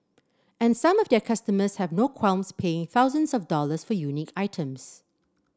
and some of their customers have no qualms paying thousands of dollars for unique items